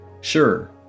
sure